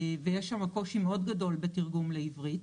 ויש שם קושי מאוד גדול בתרגום לעברית.